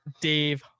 Dave